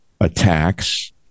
attacks